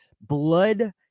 blood